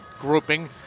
grouping